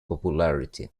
popularity